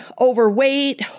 overweight